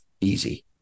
easy